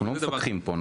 אנחנו לא מתווכחים פה,